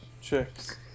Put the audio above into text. chicks